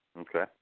okay